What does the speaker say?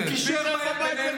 הוא ביקר בבית של ביבי.